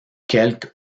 quelque